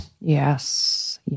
Yes